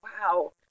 wow